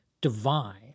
divine